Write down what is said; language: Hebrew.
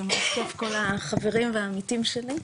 זה מאוד כיף כל החברים והעמיתים שלי,